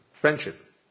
Friendship